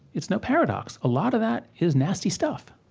it's no paradox. a lot of that is nasty stuff